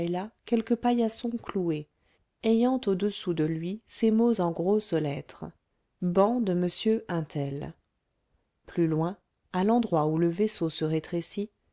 et là quelque paillasson cloué ayant au-dessous de lui ces mots en grosses lettres banc de m un tel plus loin à l'endroit où le vaisseau se rétrécit